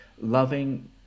loving